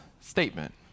statement